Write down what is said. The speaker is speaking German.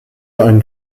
einen